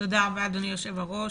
אדוני היושב ראש.